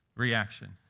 Reaction